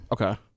Okay